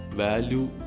value